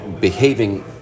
behaving